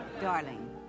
darling